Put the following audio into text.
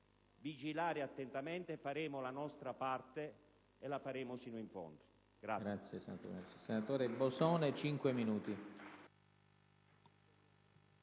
vigilare attentamente, faremo la nostra parte e la faremo sino in fondo.